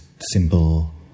simple